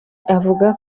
akavuga